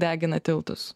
degina tiltus